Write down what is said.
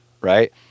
right